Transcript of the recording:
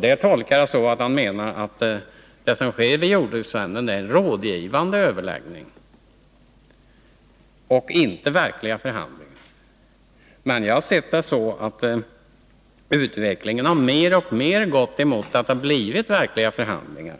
Det tolkar jag så, att han menar att det som sker i jordbruksnämnden är en rådgivande överläggning och inte verkliga förhandlingar. Som jag ser det har utvecklingen mer och mer gått därhän att det har blivit verkliga förhandlingar.